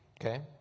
Okay